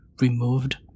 removed